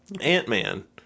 ant-man